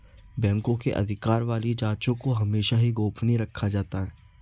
बैंकों के अधिकार वाली जांचों को हमेशा ही गोपनीय रखा जाता है